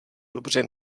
dobře